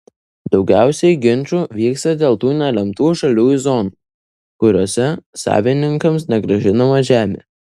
daugiausiai ginčų vyksta dėl tų nelemtų žaliųjų zonų kuriose savininkams negrąžinama žemė